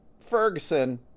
Ferguson